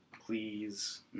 please